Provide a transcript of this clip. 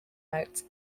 notes